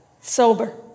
sober